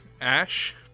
ash